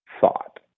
thought